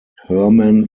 herman